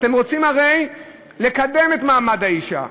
הרי אתם רוצים לקדם את מעמד האישה.